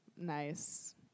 nice